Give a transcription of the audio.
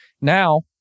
Now